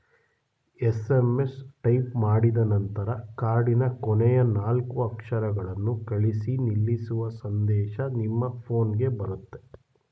SMS type ಮಾಡಿದನಂತರ ಕಾರ್ಡಿನ ಕೊನೆಯ ನಾಲ್ಕು ಅಕ್ಷರಗಳನ್ನು ಕಳಿಸಿ ನಿಲ್ಲಿಸುವ ಸಂದೇಶ ನಿಮ್ಮ ಫೋನ್ಗೆ ಬರುತ್ತೆ